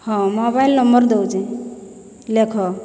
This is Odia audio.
ହଁ ମୋବାଇଲ ନମ୍ବର ଦଉଚେଁ ଲେଖ